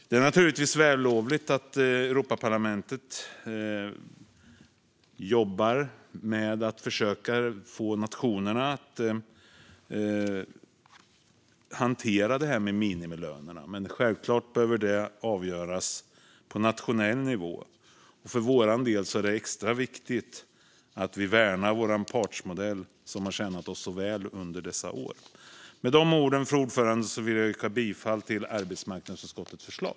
Det är naturligtvis vällovligt att Europaparlamentet jobbar med att försöka få nationerna att hantera det här med minimilöner, men självklart behöver det avgöras på nationell nivå. För vår del är det extra viktigt att vi värnar vår partsmodell, som har tjänat oss så väl under dessa år. Med de orden, fru talman, yrkar jag bifall till arbetsmarknadsutskottets förslag.